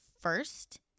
first